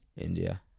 India